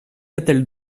elle